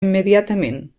immediatament